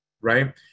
Right